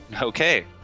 Okay